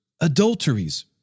adulteries